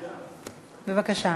בבקשה.